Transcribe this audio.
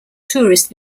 tourist